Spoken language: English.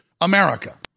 America